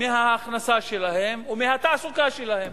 מההכנסה שלהם ומהתעסוקה שלהם.